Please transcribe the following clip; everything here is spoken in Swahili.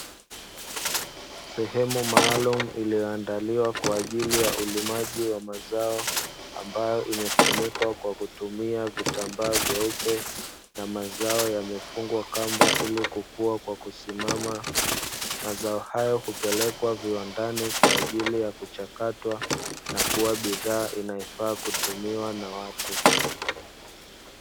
Sehemu maalumu iliyoandaliwa kwa ajili ya ulimaji wa mazao ambayo imefunikwa kwa kutumia vitambaa vyeupe na mazao yamefungwa kamba ili kukua kwa kusimama. Mazao hayo hupelekwa viwandani kwa ajili ya kuchakatwa na kuwa bidhaa inayofaa kutumiwa na watu.